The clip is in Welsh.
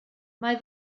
mae